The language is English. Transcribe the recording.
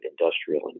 industrial